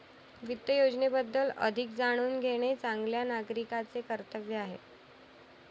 वित्त योजनेबद्दल अधिक जाणून घेणे चांगल्या नागरिकाचे कर्तव्य आहे